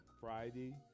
Friday